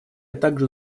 также